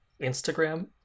instagram